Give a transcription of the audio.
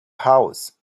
house